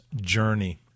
journey